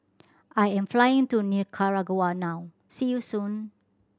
I am flying to Nicaragua now see you soon